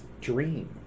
Dream